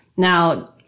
Now